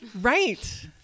right